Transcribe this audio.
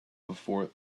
before